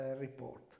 report